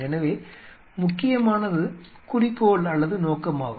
எனவே முக்கியமானது குறிக்கோள் அல்லது நோக்கமாகும்